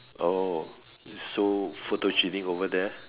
oh is so photogenic over there